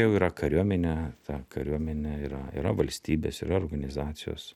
jau yra kariuomenė ta kariuomenė yra yra valstybės yra organizacijos